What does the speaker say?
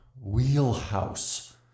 wheelhouse